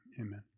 Amen